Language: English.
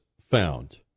found